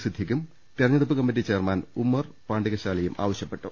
സിദ്ദിഖും തെരഞ്ഞെ ടുപ്പ് committee chairman Ummer പാണ്ടികശാലയും ആവശ്യ പ്പെട്ടു